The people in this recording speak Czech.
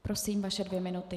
Prosím, vaše dvě minuty.